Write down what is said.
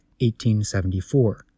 1874